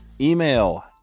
Email